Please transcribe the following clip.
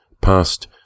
past